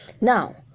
Now